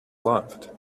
loved